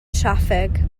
traffig